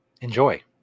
Enjoy